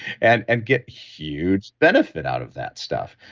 and and get huge benefit out of that stuff,